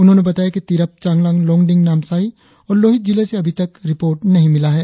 उन्होंने बताया कि तिरप चांगलांग लोंगडिंग नामसाई और लोहित जिले से अभी तक रिपोर्ट नहीं मिला है